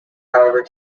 however